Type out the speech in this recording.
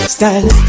Style